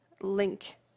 link